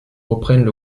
reprennent